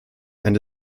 eine